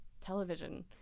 television